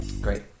Great